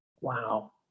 Wow